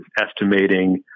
estimating